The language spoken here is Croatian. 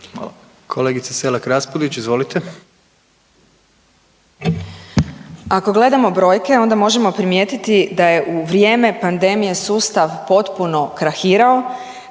**Selak Raspudić, Marija (Nezavisni)** Ako gledamo brojke, onda možemo primijetiti da je u vrijeme pandemije sustav potpuno krahirao